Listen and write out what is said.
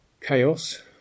chaos